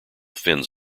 fins